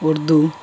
Urdu